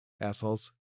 Assholes